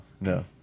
No